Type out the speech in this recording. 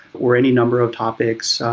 or any number of topics,